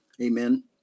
Amen